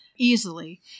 easily